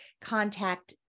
contact